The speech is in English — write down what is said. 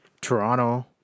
Toronto